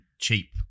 cheap